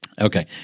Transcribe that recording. Okay